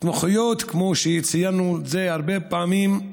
התמחויות, כמו שציינו הרבה פעמים,